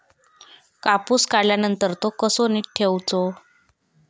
कापूस काढल्यानंतर तो कसो नीट ठेवूचो?